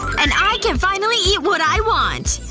and i can finally eat what i want!